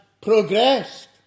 progressed